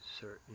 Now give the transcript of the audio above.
certain